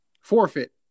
forfeit